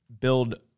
build